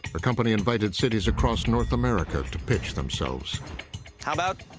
the company invited cities across north america to pitch themselves. how about,